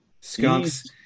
Skunks